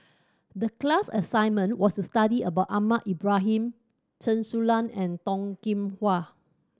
the class assignment was to study about Ahmad Ibrahim Chen Su Lan and Toh Kim Hwa